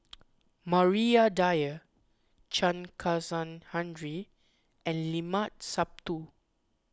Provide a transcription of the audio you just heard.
Maria Dyer Chen Kezhan Henri and Limat Sabtu